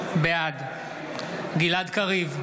בעד גלעד קריב,